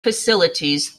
facilities